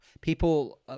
people